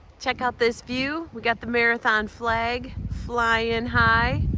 check out this view. we got the marathon flag flying high,